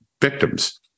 victims